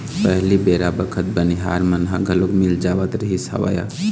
पहिली बेरा बखत बनिहार मन ह घलोक मिल जावत रिहिस हवय